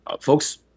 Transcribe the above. folks